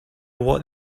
what